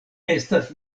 estas